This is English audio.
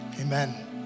amen